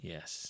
Yes